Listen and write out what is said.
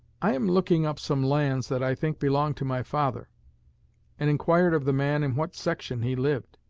i am looking up some lands that i think belong to my father and inquired of the man in what section he lived.